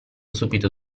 subito